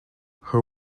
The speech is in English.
her